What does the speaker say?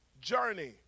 journey